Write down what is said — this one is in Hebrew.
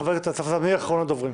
חבר הכנסת אסף זמיר, אחרון הדוברים.